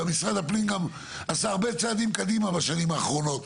ומשרד הפנים גם עשה הרבה צעדים קדימה בשנים האחרונות,